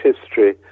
history